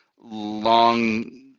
long